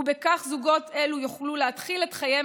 ובכך זוגות אלו יוכלו להתחיל את חייהם